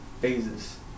Phases